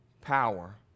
power